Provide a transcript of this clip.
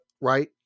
right